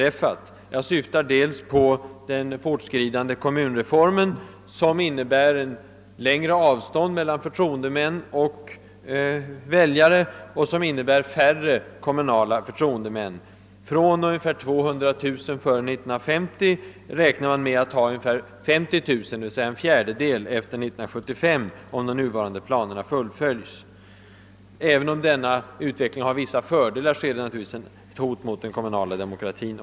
För det första syftar jag på den fortskridande kommunreformen, som innebär dels längre avstånd mellan förtroendemän och väljare, dels färre kommunala förtroendemän. Före år 1950 fanns cirka 200 000 kommunala förtroendemän, men efter år 1975 beräknas det komma att finnas endast cirka 50 000 — d.v.s. blott en fjärdedel av antalet före 1950 — om de nuvarande planerna fullföljs. Även om denna utveckling medför vissa fördelar är den naturligtvis också ett hot mot den kommunala demokratin.